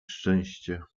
szczęście